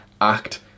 act